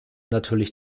natürlich